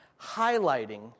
Highlighting